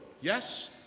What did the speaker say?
Yes